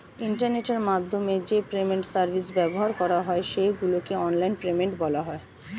ইন্টারনেটের মাধ্যমে যে পেমেন্ট সার্ভিস ব্যবহার করা হয় সেগুলোকে অনলাইন পেমেন্ট বলা হয়